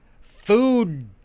food